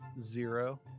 Zero